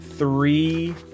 Three